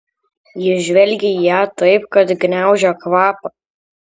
jis žvelgė į ją taip kad gniaužė kvapą